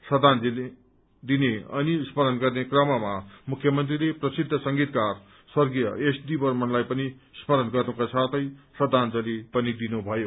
श्रद्धांजलि दिने अनि स्मरण गर्ने क्रममा मुख्यमन्त्रीले प्रसिद्ध संगीतकार स्वर्गीय एसडी बर्मनलाई पनि स्मरण गर्नका साथै श्रद्धांजलि पनि दिनुभयो